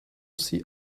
sea